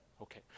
Okay